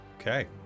Okay